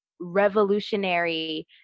revolutionary